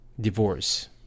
divorce